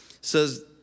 says